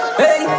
hey